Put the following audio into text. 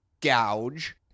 gouge